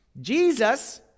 Jesus